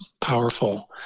powerful